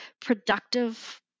productive